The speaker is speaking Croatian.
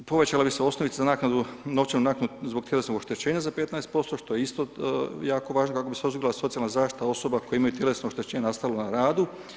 Povećala bi se osnovica za novčanu naknadu zbog tjelesnog oštećenja za 15% što je isto jako važno kako bi se osigurala socijalna zaštita osoba koje imaju tjelesno oštećenje nastalo na radu.